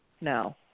No